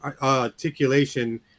articulation